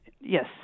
Yes